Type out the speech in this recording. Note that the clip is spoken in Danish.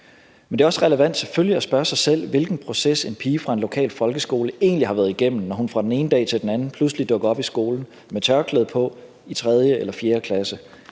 selvfølgelig også relevant at spørge sig selv, hvilken proces en pige fra en lokal folkeskole egentlig har været igennem, når hun fra den ene dag til den anden pludselig dukker op i skolen med tørklæde på i 3. eller 4. klasse.